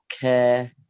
care